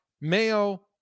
Mayo